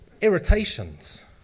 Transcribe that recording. Irritations